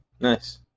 Nice